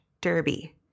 Derby